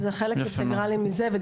יפה מאוד.